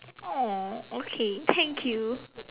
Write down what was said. !aww! okay thank you